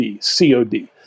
COD